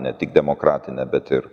ne tik demokratinė bet ir